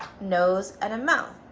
nose, and a mouth,